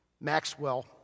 Maxwell